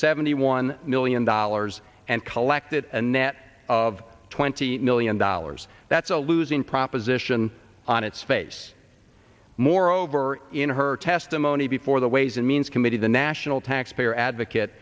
seventy one million dollars and collected a net of twenty million dollars that's a losing proposition on its face moreover in her testimony before the ways and means committee the national taxpayer advocate